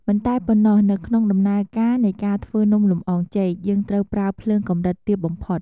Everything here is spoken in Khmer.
មិនតែប៉ុណ្ណោះ នៅក្នុងដំណើរការនៃការធ្វើនំលម្អងចេក យើងត្រូវប្រើភ្លើងកម្រិតទាបបំផុត។